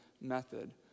method